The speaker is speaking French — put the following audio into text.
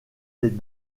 les